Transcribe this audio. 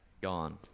Gone